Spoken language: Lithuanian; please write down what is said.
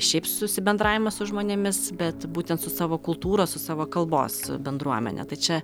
šiaip susibendravimą su žmonėmis bet būtent su savo kultūros su savo kalbos bendruomene tai čia